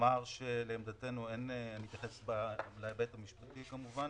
אני מתייחס להיבט המשפטי כמובן.